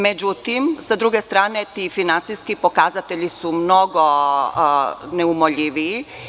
Međutim, sa druge strane, ti finansijski pokazatelji su mnogo neumoljiviji.